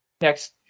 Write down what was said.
next